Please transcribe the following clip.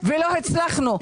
ולא הצלחנו.